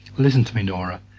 listen to me, nora.